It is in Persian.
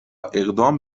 اقدام